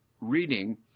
reading